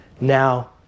now